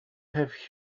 have